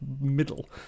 middle